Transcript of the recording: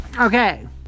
Okay